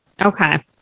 Okay